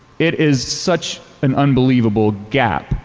it is such an unbelievable gap.